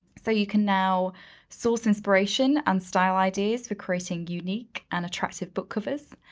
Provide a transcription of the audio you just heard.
so you can now source inspiration and style ideas for creating unique and attractive book covers.